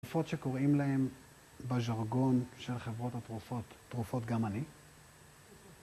תרופות שקוראים להן בז'רגון של חברות התרופות, תרופות גם אני